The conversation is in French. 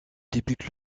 débutent